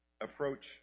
approach